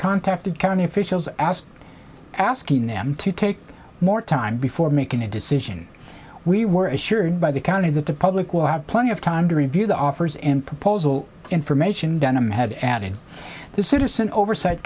contacted county officials asked asking them to take more time before making a decision we were assured by the county that the public will have plenty of time to review the offers and proposal information denham had added the citizen oversight